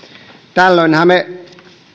tällöinhän me